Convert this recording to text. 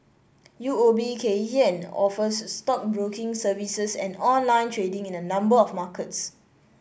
U O B Kay Hian offers stockbroking services and online trading in a number of markets